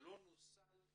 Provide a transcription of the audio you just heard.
שלא נוצלו